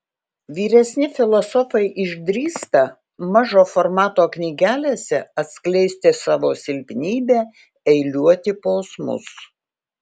vyresni filosofai išdrįsta mažo formato knygelėse atskleisti savo silpnybę eiliuoti posmus